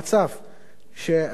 שמחייב אותנו,